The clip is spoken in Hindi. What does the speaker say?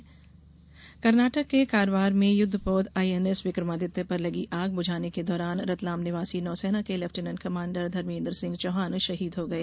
विक्रमादित्य पोत आग कर्नाटक के कारवार में युद्धपोत आईएनएस विक्रमादित्य पर लगी आग बुझाने के दौरान रतलाम निवासी नौसेना के लेफ्टिनेंट कमांडर धर्मेंद्रसिंह चौहान शहीद हो गए